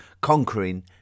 conquering